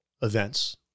events